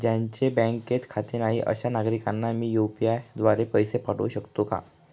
ज्यांचे बँकेत खाते नाही अशा नागरीकांना मी यू.पी.आय द्वारे पैसे पाठवू शकतो का?